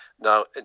Now